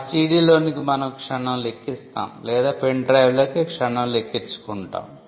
మన CD లోనికి మనం క్షణంలో ఎక్కిస్తాం లేదా పెన్ డ్రైవ్ లోకి క్షణంలో ఎక్కించుకుంటాం